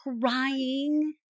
Crying